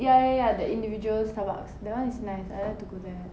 ya ya ya the individual Starbucks that [one] is nice I like to go there